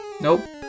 nope